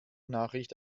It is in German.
nachricht